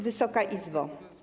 Wysoka Izbo!